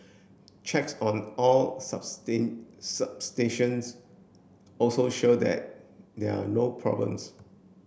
checks on all substations also showed that there are no problems